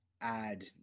add